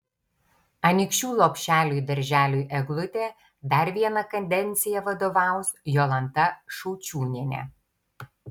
anykščių lopšeliui darželiui eglutė dar vieną kadenciją vadovaus jolanta šaučiūnienė